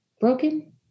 broken